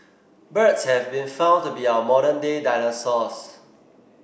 birds have been found to be our modern day dinosaurs